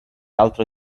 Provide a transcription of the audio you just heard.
altro